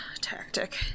tactic